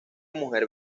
mujer